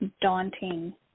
daunting